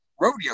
rodeo